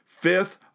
Fifth